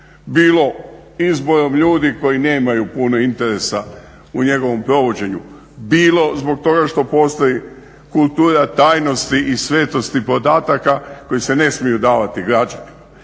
bilo izborom ljudi koji nemaju puno interesa u njegovom provođenju, bilo zbog toga što postoji kultura tajnosti i svetosti podataka koji se ne smiju davati građanima,